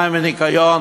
מים וניקיון